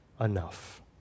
enough